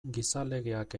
gizalegeak